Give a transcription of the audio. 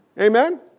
Amen